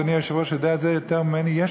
אדוני היושב-ראש יודע את זה יותר טוב ממני יש